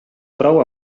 prou